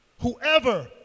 Whoever